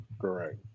Correct